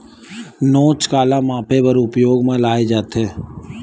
नोच काला मापे बर उपयोग म लाये जाथे?